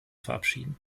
verabschieden